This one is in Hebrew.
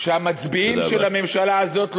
שהמצביעים של הממשלה הזאת, תודה רבה.